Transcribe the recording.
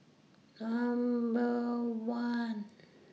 Number one